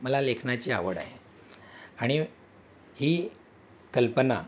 मला लेखनाची आवड आहे आणि ही कल्पना